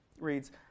reads